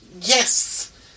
yes